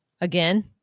Again